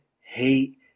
hate